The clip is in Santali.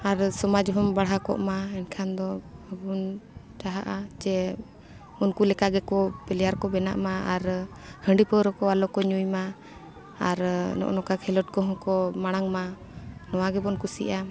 ᱟᱨ ᱥᱚᱢᱟᱡᱽ ᱦᱚᱸᱢ ᱵᱟᱲᱦᱟᱣ ᱠᱚᱜ ᱢᱟ ᱮᱱᱠᱷᱟᱱ ᱫᱚ ᱟᱵᱚᱱ ᱪᱟᱦᱟᱜᱼᱟ ᱡᱮ ᱩᱱᱠᱩ ᱞᱮᱠᱟᱜᱮ ᱠᱚ ᱯᱞᱮᱭᱟᱨ ᱠᱚ ᱵᱮᱱᱟᱜ ᱢᱟ ᱟᱨ ᱦᱟᱺᱰᱤ ᱯᱟᱹᱣᱨᱟᱹ ᱠᱚ ᱟᱞᱚ ᱠᱚ ᱧᱩᱭ ᱢᱟ ᱟᱨ ᱱᱚᱜᱼᱚ ᱱᱚᱝᱠᱟ ᱠᱷᱮᱞᱳᱰ ᱠᱚᱦᱚᱸ ᱠᱚ ᱢᱟᱲᱟᱝ ᱢᱟ ᱱᱚᱣᱟ ᱜᱮᱵᱚᱱ ᱠᱩᱥᱤᱭᱟᱜᱼᱟ